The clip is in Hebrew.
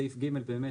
סעיף ג' באמת